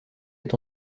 est